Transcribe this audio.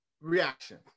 reaction